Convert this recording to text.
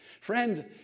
Friend